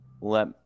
let